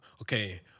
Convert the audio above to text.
Okay